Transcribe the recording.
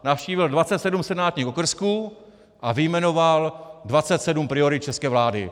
Navštívil 27 senátních okrsků a vyjmenoval 27 priorit české vlády.